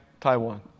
Taiwan